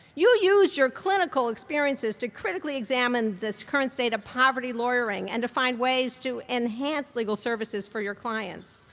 you used your clinical experiences to critically examine this current state of poverty lawyering and to find ways to enhance legal services for your clients.